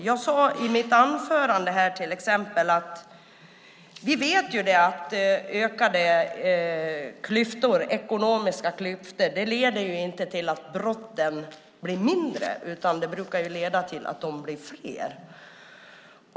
Jag sade i mitt anförande här till exempel att vi vet att ökade ekonomiska klyftor inte leder till att brotten blir färre, utan det brukar leda till att de blir fler.